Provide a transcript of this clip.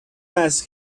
است